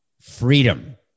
Freedom